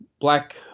black